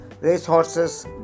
racehorses